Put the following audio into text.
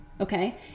okay